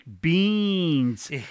beans